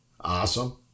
Awesome